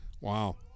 Wow